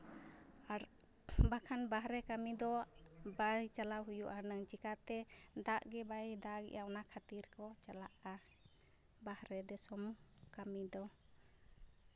ᱟᱨ ᱵᱟᱠᱷᱟᱱ ᱵᱟᱦᱨᱮ ᱠᱟᱹᱢᱤ ᱫᱚ ᱵᱟᱭ ᱪᱟᱞᱟᱜᱼᱟ ᱦᱩᱱᱟᱹᱜ ᱪᱮᱠᱟᱛᱮ ᱫᱟᱜ ᱜᱮ ᱵᱟᱭ ᱫᱟᱜᱮᱜᱼᱟ ᱚᱱᱟ ᱠᱷᱟᱹᱛᱤᱨ ᱠᱚ ᱪᱟᱞᱟᱜᱼᱟ ᱵᱟᱦᱨᱮ ᱫᱤᱥᱚᱢ ᱠᱟᱹᱢᱤ ᱫᱚ